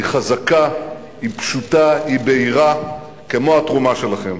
היא חזקה, היא פשוטה, היא בהירה, כמו התרומה שלכם.